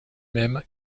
même